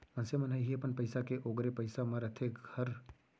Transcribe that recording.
मनसे मन ह इहीं अपन पसीना के ओगारे पइसा म रहें बर घर बनाथे